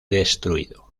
destruido